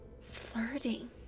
flirting